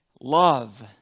Love